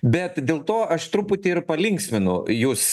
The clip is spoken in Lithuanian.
bet dėl to aš truputį ir palinksminu jūs